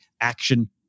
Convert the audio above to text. action